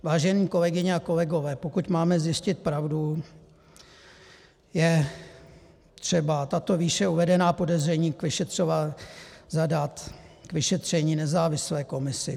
Vážené kolegyně a kolegové, pokud máme zjistit pravdu, je třeba tato výše uvedená podezření zadat k vyšetření nezávislé komisi.